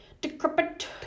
Decrepit